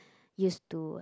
used to